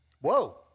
Whoa